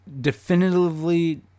definitively